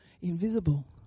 invisible